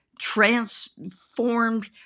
transformed